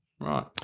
right